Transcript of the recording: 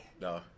No